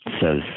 says